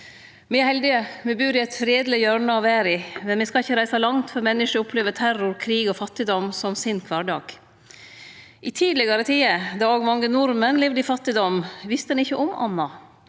Me er heldige. Me bur i eit fredeleg hjørne av verda, men me skal ikkje reise langt før menneske opplever terror, krig og fattigdom som sin kvardag. I tidlegare tider, då òg mange nordmenn levde i fattigdom, visste ein ikkje om anna.